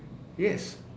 yes